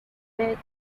vehicles